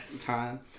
time